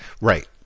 Right